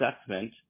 assessment